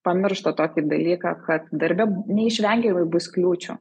pamiršta tokį dalyką kad darbe neišvengiamai bus kliūčių